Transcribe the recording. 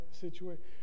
situation